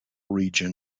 region